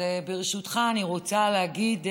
ברשותך, אני רוצה להגיד שלום,